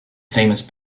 famous